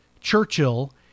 Churchill